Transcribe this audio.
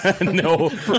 no